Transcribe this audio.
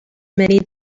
many